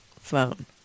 phone